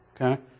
Okay